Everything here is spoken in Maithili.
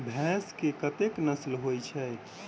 भैंस केँ कतेक नस्ल होइ छै?